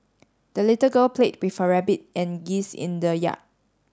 the little girl played with her rabbit and geese in the yard